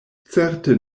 certe